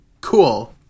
Cool